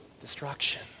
destruction